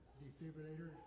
defibrillator